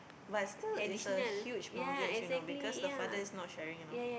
but still it's a huge mortgage you know because the father is not sharing you know